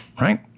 Right